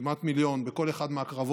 כמעט מיליון, בכל אחד מהקרבות